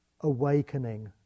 awakening